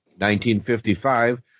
1955